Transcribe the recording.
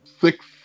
six